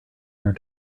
your